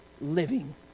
living